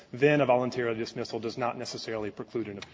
then a voluntary dismissal does not necessarily preclude an